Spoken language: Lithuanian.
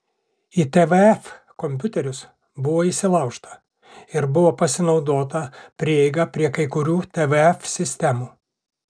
į tvf kompiuterius buvo įsilaužta ir buvo pasinaudota prieiga prie kai kurių tvf sistemų